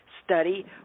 study